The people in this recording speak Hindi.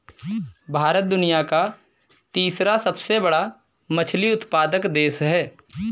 भारत दुनिया का तीसरा सबसे बड़ा मछली उत्पादक देश है